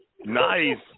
Nice